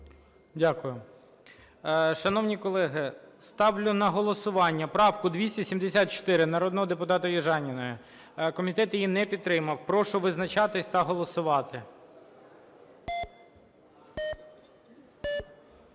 Дякую. Шановні колеги, ставлю на голосування правку 274 народного депутата Южаніної, комітет її не підтримав, прошу визначатися та голосувати.